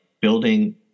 building